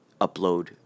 upload